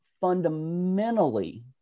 fundamentally